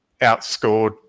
outscored